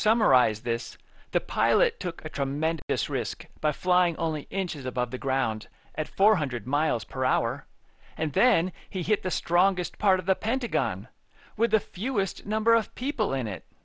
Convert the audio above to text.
summarize this the pilot took a tremendous risk by flying only inches above the ground at four hundred mph and then he hit the strongest part of the pentagon with the fewest number of people in it